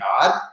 God